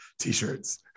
t-shirts